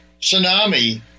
tsunami